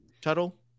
Tuttle